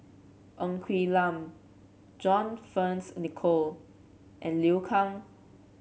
Ng Quee Lam John Fearns Nicoll and Liu Kang